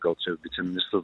gal čia viceministras